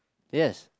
yes